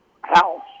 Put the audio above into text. House